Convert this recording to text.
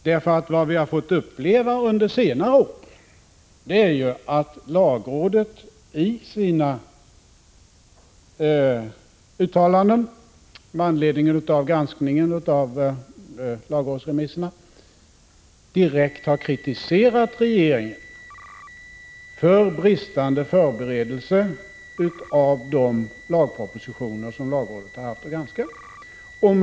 Under senare år har vi nämligen fått uppleva att lagrådet i sina uttalanden med anledning av granskningen av lagrådsremisserna direkt har kritiserat regeringen för brist på förberedelse när det gäller de lagpropositioner som rådet haft att granska.